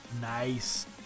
Nice